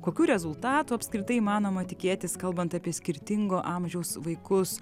kokių rezultatų apskritai įmanoma tikėtis kalbant apie skirtingo amžiaus vaikus